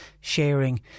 sharing